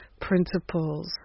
Principles